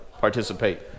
Participate